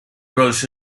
grows